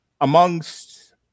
amongst